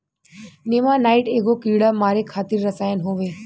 नेमानाइट एगो कीड़ा मारे खातिर रसायन होवे